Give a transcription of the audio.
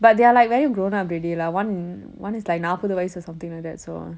but they are like very grown up already lah one one is like நாற்ப்பது வயசு:naarppathu vayasu or something like that so